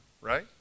right